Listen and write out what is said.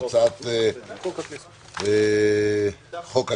והצעת חוק הכנסת,